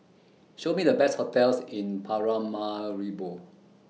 Show Me The Best hotels in Paramaribo